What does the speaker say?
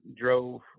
drove